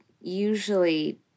usually